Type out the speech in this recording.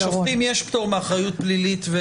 לשופטים יש פטור מאחריות פלילית.